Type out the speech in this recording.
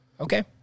Okay